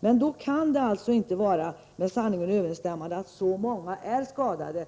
Men då kan det inte vara med sanningen överensstämmande att så många är skadade.